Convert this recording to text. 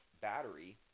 battery